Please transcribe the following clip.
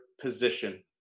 position